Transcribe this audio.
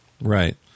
right